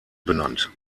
benannt